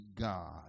God